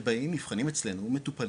שבאים, נבחנים אצלנו, מטופלים,